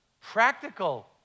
Practical